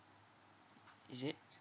is it